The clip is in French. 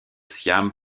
siam